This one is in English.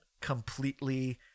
completely